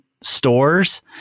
stores